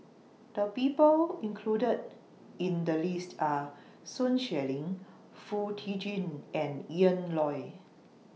The People included in The list Are Sun Xueling Foo Tee Jun and Ian Loy